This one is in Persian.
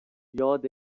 یاد